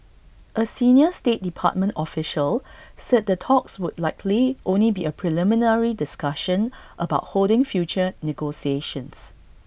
A senior state department official said the talks would likely only be A preliminary discussion about holding future negotiations